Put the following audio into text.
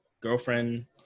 girlfriend